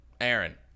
Aaron